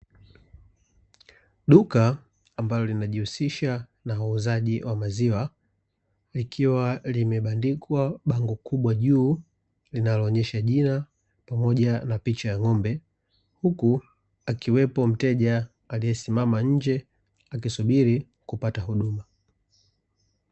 Duka ambalo linajihusisha na uuzaji wa maziwa likiwa limebandikwa bango kubwa juu, linaloonyesha jina pamoja na picha ya ng'ombe huku akiwepo mteja aliyesimama nje akisubiri kupata huduma.